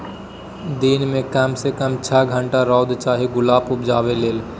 दिन मे कम सँ कम छअ घंटाक रौद चाही गुलाब उपजेबाक लेल